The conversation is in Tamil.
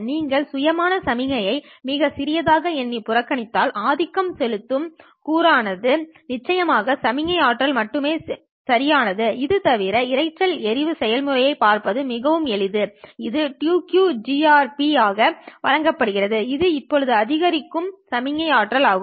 நீங்கள் சுயமான சமிக்ஞையை மிகச் சிறியதாக எண்ணி புறக்கணித்தால் ஆதிக்கம் செலுத்தும் கூறு ஆனது நிச்சயமாக சமிக்ஞை ஆற்றல் மட்டுமே சரியானது இது தவிர இரைச்சல் எறிவின் செயல்முறையை பார்ப்பது மிகவும் எளிது இது 2qGRPin ஆக வழங்கப்படுகிறது இது இப்போது அதிகரிக்கும் சமிக்ஞை ஆற்றல் ஆகும்